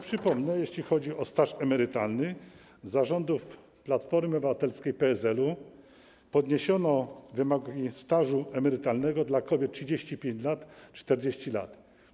Przypomnę, że jeśli chodzi o staż emerytalny, to za rządów Platformy Obywatelskiej i PSL-u podniesiono wymogi dotyczące stażu emerytalnego dla kobiet - 35, 40 lat.